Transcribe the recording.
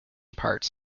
parts